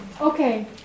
Okay